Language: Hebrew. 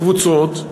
קבוצות,